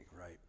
right